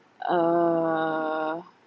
uh